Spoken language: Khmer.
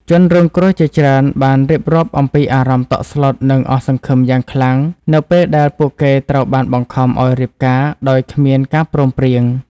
ជនរងគ្រោះជាច្រើនបានរៀបរាប់អំពីអារម្មណ៍តក់ស្លុតនិងអស់សង្ឃឹមយ៉ាងខ្លាំងនៅពេលដែលពួកគេត្រូវបានបង្ខំឲ្យរៀបការដោយគ្មានការព្រមព្រៀង។